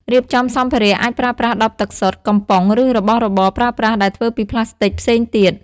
រៀបចំសម្ភារៈ អាចប្រើប្រាស់ដបទឹកសុទ្ធ កំប៉ុង ឬរបស់របរប្រើប្រាស់ដែលធ្វើពីផ្លាស្ទិកផ្សេងទៀត។